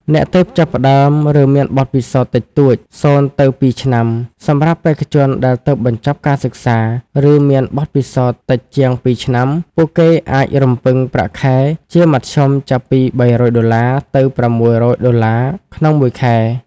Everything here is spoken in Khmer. អ្នកទើបចាប់ផ្តើម ឬមានបទពិសោធន៍តិចតួច (0ទៅ2 ឆ្នាំ) សម្រាប់បេក្ខជនដែលទើបបញ្ចប់ការសិក្សា ឬមានបទពិសោធន៍តិចជាង ២ ឆ្នាំ ពួកគេអាចរំពឹងប្រាក់ខែជាមធ្យមចាប់ពី $300 ទៅ $600+ ក្នុងមួយខែ។